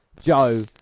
Joe